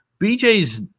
BJ's